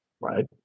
right